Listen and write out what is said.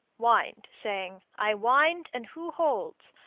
wind, saying, i wind and who holds?